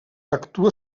actua